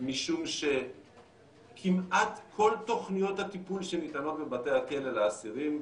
משום שכמעט כל תוכניות שניתנות בבתי הכלא לאסירים,